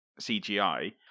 CGI